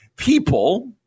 people